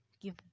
give